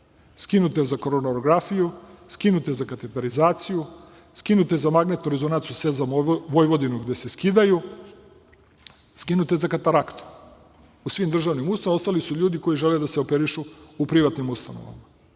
skinute za koronarografiju, skinute za kateterizaciju, skinute za magnetnu rezonancu sem za Vojvodinu gde se skidaju, skinute za kataraktu. U svim državnim ustanovama ostali su ljudi koji žele da se operišu u privatnim ustanovama.